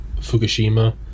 fukushima